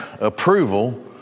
approval